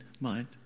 mind